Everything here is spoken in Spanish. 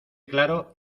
claro